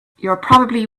probably